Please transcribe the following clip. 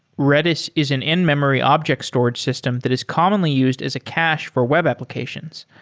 redis is an in-memory object storage system that is commonly used as a cache for web applications.